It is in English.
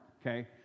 okay